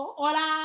Hola